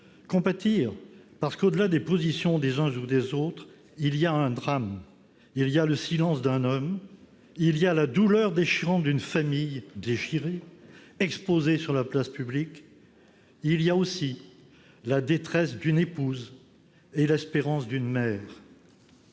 Compatir, parce qu'au-delà des positions des uns ou des autres il y a un drame ; il y a le silence d'un homme ; il y a la douleur déchirante d'une famille déchirée, exposée sur la place publique ; il y a aussi la détresse d'une épouse et l'espérance d'une mère.